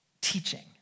teaching